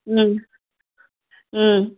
ಹ್ಞೂ ಹ್ಞೂ